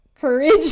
courage